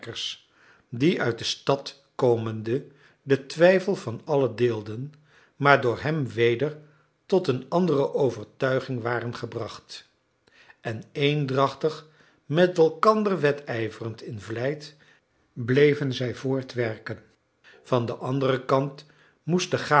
die uit de stad komende den twijfel van allen deelden maar door hem weder tot een andere overtuiging waren gebracht en eendrachtig met elkander wedijverend in vlijt bleven zij voortwerken van den anderen kant moest